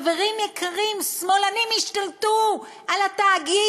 חברים יקרים, שמאלנים השתלטו על התאגיד.